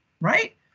right